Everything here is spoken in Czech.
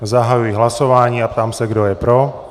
Zahajuji hlasování a ptám se, kdo je pro.